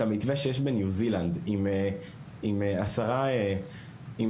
המתווה שקיים בניו זילנד של